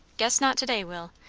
guess not to-day, will.